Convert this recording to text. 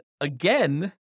again